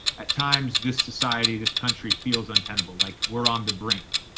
at times this society, this country feels untenable. like we're on the brink.